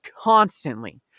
constantly